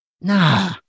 Nah